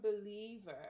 believer